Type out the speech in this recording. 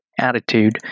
attitude